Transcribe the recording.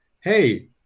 hey